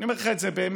אני אומר לך את זה באמת,